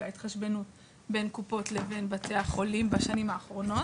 בהתחשבנות בין קופות לבין בתי החולים בשנים האחרונות.